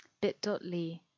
bit.ly